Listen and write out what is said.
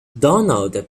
donald